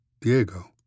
Diego